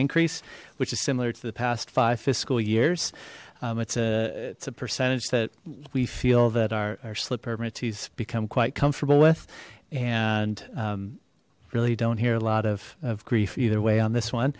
increase which is similar to the past five fiscal years it's a it's a percentage that we feel that our slipper varieties become quite comfortable with and really don't hear a lot of of grief either way on this one